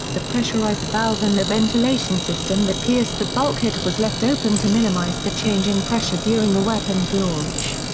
the pressurized valve in the ventilation system that pierced the bulkhead was left open to minimize the change in pressure during a weapon's launch.